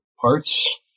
parts